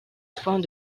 point